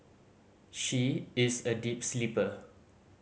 she is a deep sleeper